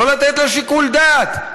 לא לתת לה שיקול דעת,